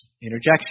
interjection